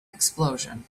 explosion